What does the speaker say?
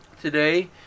Today